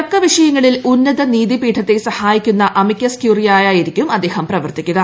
തർക്കവിഷയങ്ങളിൽ ഉന്നത നീതി പീഠത്തെ സഹായിക്കുന്ന അമിക്കസ് ക്യൂറി ആയിരിക്കും അദ്ദേഹം പ്രവർത്തിക്കുക